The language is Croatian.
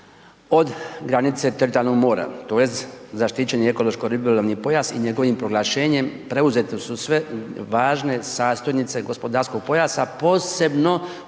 od granice teritorijalnog mora tj. zaštićeni ekološko ribolovni pojas i njegovim proglašenjem preuzete su sve važne sastojnice gospodarskog pojasa, posebno